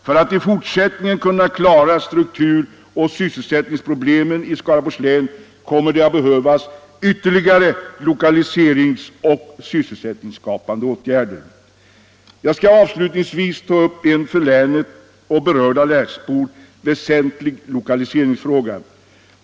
För att i fortsättningen kunna klara strukturoch sysselsättningsproblemen i Skaraborgs län kommer det att behövas ytterligare lokaliseringsoch sysselsättningsskapande åtgärder. Jag skall avslutningsvis ta upp en för länet och berörda länsbor väsentlig lokaliseringsfråga.